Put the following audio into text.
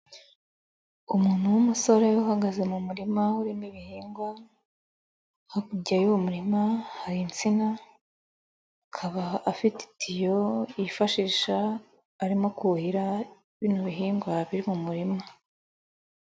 Umuntu w'umusore uhagaze mu murima urimo ibihingwa, hakurya y'uwo murima hari insina, akaba afitetiyo yifashisha arimo kuhira bino bihingwa biri mu murima.